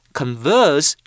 converse